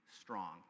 strong